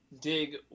Dig